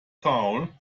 towel